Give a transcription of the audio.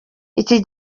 iki